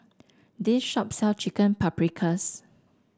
this shop sell Chicken Paprikas